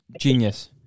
genius